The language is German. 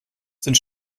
sind